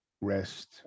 rest